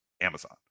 Amazon